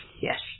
Yes